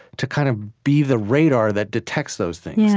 to kind of be the radar that detects those things.